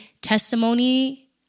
testimony